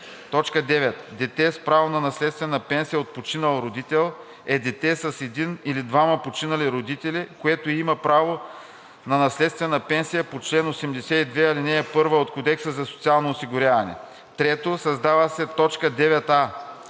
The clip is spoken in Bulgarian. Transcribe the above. така: „9. „Дете с право на наследствена пенсия от починал родител“ е дете с един или двама починали родители, което има право на наследствена пенсия по чл. 82, ал. 1 от Кодекса за социално осигуряване.“ 3. Създава се т. 9а: